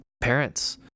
parents